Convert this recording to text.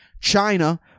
China